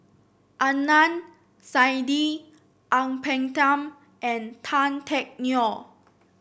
Adnan Saidi Ang Peng Tiam and Tan Teck Neo